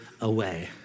away